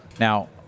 Now